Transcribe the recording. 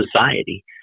society